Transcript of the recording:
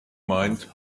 mind